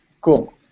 Cool